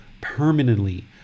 permanently